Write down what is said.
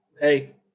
hey